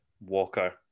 Walker